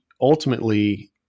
ultimately